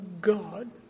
God